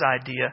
idea